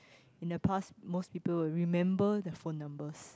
in the past most people will remember the phone numbers